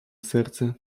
serce